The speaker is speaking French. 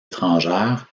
étrangère